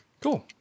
Cool